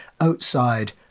outside